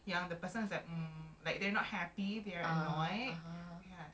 okay but macam maksud dia tu apa